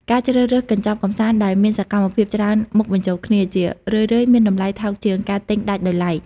ការជ្រើសរើសកញ្ចប់កម្សាន្តដែលមានសកម្មភាពច្រើនមុខបញ្ចូលគ្នា ជារឿយៗមានតម្លៃថោកជាងការទិញដាច់ដោយឡែក។